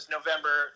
November